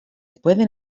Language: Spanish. pueden